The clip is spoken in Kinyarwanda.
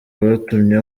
rwatumye